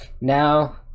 Now